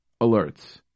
alerts